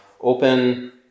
open